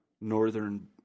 northern –